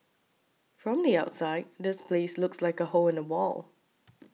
from the outside this place looks like a hole in the wall